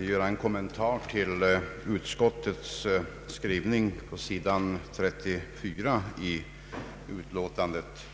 göra en kommentar till utskottets skrivning på sidan 34 i utlåtandet.